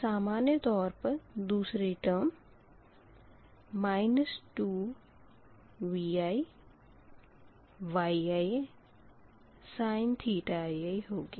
और सामान्य तौर पर दुसरी टर्म dQidVi 2ViYiisin होगी